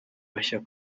bashya